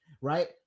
right